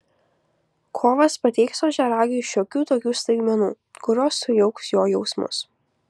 kovas pateiks ožiaragiui šiokių tokių staigmenų kurios sujauks jo jausmus